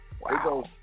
wow